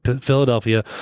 Philadelphia